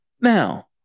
now